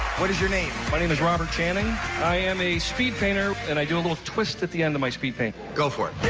what is your name? my name is robert channing i am speed painter and i do little twists at the end of my speedpaint! go for